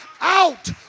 out